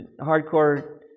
hardcore